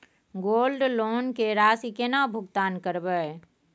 Gold loan के राशि केना भुगतान करबै?